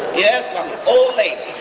yes, i'm an old lady.